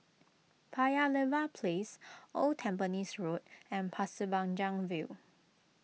Paya Lebar Place Old Tampines Road and Pasir Panjang View